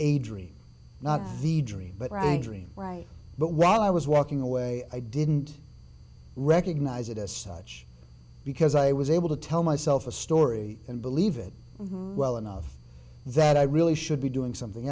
a dream not the dream but right dream right but while i was walking away i didn't recognize it as such because i was able to tell myself a story and believe it well enough that i really should be doing something